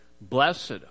Blessed